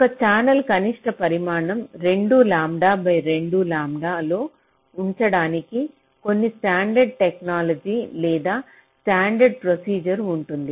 ఒక ఛానెల్ కనిష్ట పరిమాణం 2 లాంబ్డా బై 2 లాంబ్డా లో ఉంచడానికి కొన్ని స్టాండర్డ్ టెక్నాలజీ లేదా స్టాండర్డ్ ప్రొసీజర్ ఉంటుంది